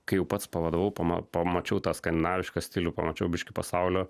kai jau pats pavadovavau pama pamačiau tą skandinavišką stilių pamačiau biškį pasaulio